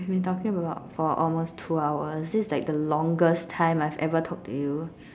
we've been talking for about for almost two hours this is like the longest time I've ever talked to you